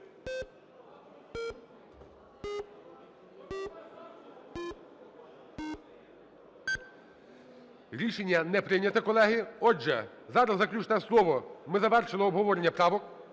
Рішення не прийнято, колеги. Отже, зараз заключне слово. Ми завершили обговорення правок.